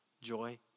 joy